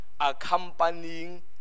accompanying